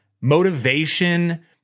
motivation